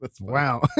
Wow